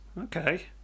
Okay